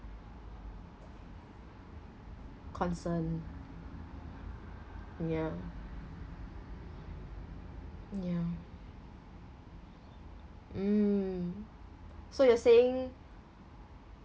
concern ya ya mm so you're saying